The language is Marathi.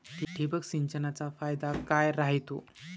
ठिबक सिंचनचा फायदा काय राह्यतो?